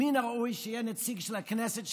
מן הראוי שיהיה נציג של הכנסת שם,